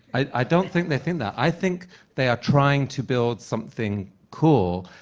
i don't think they think that. i think they are trying to build something cool,